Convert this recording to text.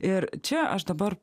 ir čia aš dabar